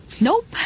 Nope